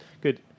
Good